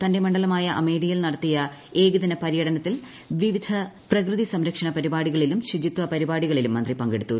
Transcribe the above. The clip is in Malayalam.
തന്റെ മണ്ഡലമായ അമേഠിയിൽ നടത്തിയ ഏകദിന പര്യടനത്തിൽ വിവിധ പ്രകൃതി സംരക്ഷണ പരിപാടികളിലും ശുചിത്വ പരിപാടികളിലും മന്ത്രി പങ്കെടുത്തു